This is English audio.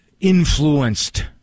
influenced